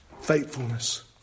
Faithfulness